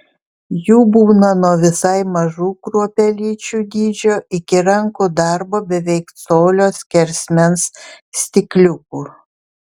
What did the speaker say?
jų būna nuo visai mažų kruopelyčių dydžio iki rankų darbo beveik colio skersmens stikliukų